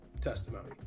testimony